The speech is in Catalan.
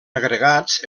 agregats